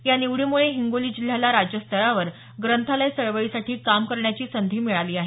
या निवडीमुळे हिंगोली जिल्ह्याला राज्य स्तरावर ग्रंथालय चळवळीसाठी काम करण्याची संधी मिळाली आहे